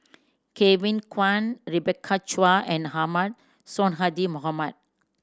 Kevin Kwan Rebecca Chua and Ahmad Sonhadji Mohamad